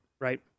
Right